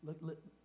Look